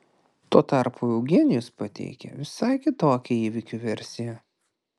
tuo tarpu eugenijus pateikė visai kitokią įvykių versiją